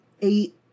eight